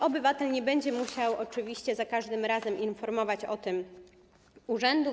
Obywatel nie będzie musiał oczywiście za każdym razem informować o tym urzędu.